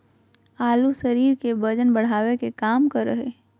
आलू शरीर के वजन बढ़ावे के काम करा हइ